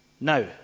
Now